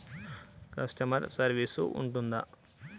Customer service ఉంటుందా?